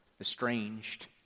Estranged